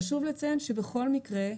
חשוב לציין שבכל מקרה,